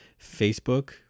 Facebook